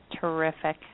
Terrific